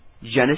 Genesis